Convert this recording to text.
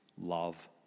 love